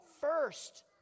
first